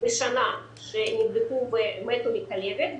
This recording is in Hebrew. בשנה שנדבקו ומתו מכלבת,